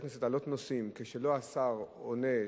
כנסת להעלות נושאים כשלא השר עונה,